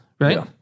Right